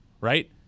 right